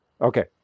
Okay